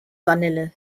vanille